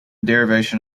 derivation